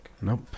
Nope